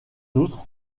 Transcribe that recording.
outre